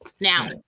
Now